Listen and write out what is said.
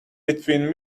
between